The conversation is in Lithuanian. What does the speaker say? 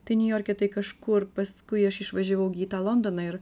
tai niujorke tai kažkur paskui aš išvažiavau gi į tą londoną ir